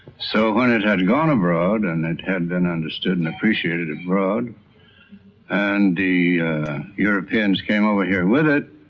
so when it had gone abroad and it had been understood and appreciated abroad and the europeans came over here with it,